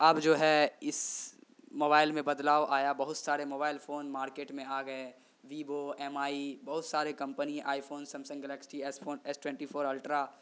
اب جو ہے اس موائل میں بدلاؤ آیا بہت سارے موبائل فون مارکیٹ میں آ گیے ویوو ایم آئی بہت سارے company iPhone Samsung Galaxy S phone S twenty four ultra